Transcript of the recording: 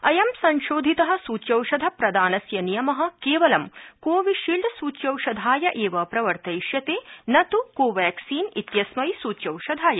अयं संशोधित सूच्यौषधप्रदानस्य नियम केवलं कोविशील्ड सूच्यौषधाय एव प्रवर्तयिष्यते न त् कोवैक्सीन इत्यस्मै सूच्यौषधाय